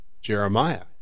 jeremiah